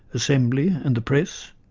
assembly and the press,